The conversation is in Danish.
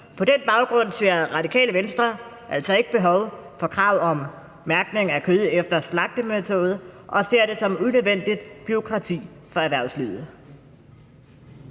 På den baggrund ser Radikale Venstre altså ikke et behov for kravet om mærkning af kød efter slagtemetode og ser det som unødvendigt bureaukrati for erhvervslivet.